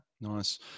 Nice